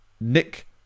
Nick